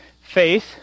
faith